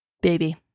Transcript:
Baby